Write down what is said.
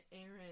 Aaron